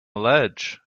ledge